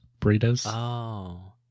burritos